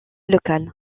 locale